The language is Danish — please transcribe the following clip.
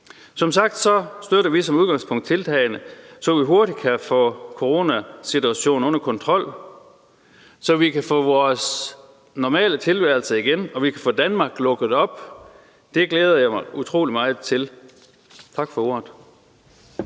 Som sagt støtter vi som udgangspunkt tiltagene, så vi hurtigt kan få coronasituationen under kontrol, og så vi kan få vores normale tilværelse igen og få Danmark lukket op. Det glæder jeg mig utrolig meget til. Tak for ordet.